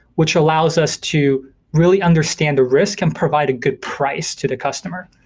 which allows us to really understand the risk and provide a good price to the customer.